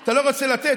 אתה לא רוצה לתת,